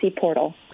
portal